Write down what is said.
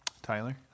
Tyler